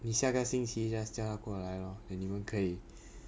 你下个星期 just 叫她过来 lor then 你们可以